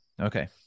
Okay